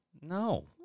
No